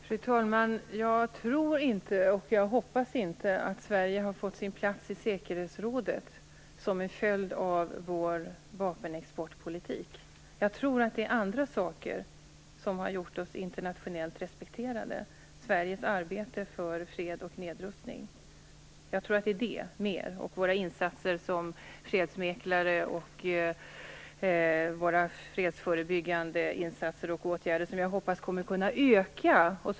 Fru talman! Jag tror och hoppas inte att Sverige har fått sin plats i säkerhetsrådet som en följd av vår vapenexportpolitik. Jag tror att det är andra saker som har gjort oss internationellt respekterade. Jag tror att det mer är Sveriges arbete för fred och nedrustning och våra insatser som fredsmäklare och våra fredsförebyggande insatser och åtgärder, något som jag hoppas kommer att kunna öka.